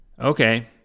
Okay